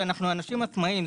אנשים עצמאיים.